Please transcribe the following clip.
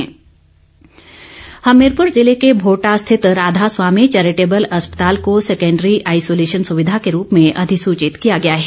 DC Hamirpur Hamirpur जिले के भोटा स्थित राधा स्वामी चेरिटैबल अस्पताल को सकेंडरी आईसोलेशन सुविधा के रूप में अधिसूचित किया गया है